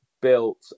built